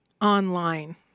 online